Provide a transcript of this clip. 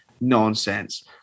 nonsense